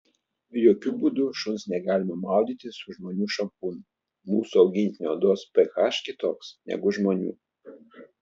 jokiu būdu šuns negalima maudyti su žmonių šampūnu mūsų augintinių odos ph kitoks negu žmonių